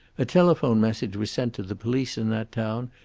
a telephone message was sent to the police in that town,